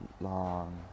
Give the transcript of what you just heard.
Long